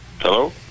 Hello